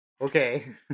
okay